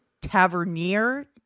Tavernier